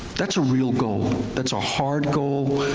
that's a real goal, that's a hard goal,